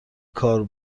کار